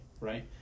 right